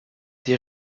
des